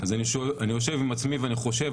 אז אני יושב עם עצמי וחושב,